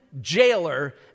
jailer